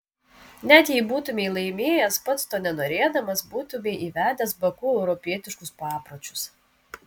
net jei būtumei laimėjęs pats to nenorėdamas būtumei įvedęs baku europietiškus papročius